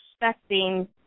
expecting